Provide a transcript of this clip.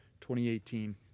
2018